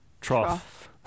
Trough